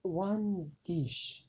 one dish